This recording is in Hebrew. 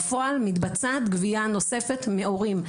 בפועל מתבצעת גבייה נוספת מהורים.